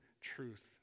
truth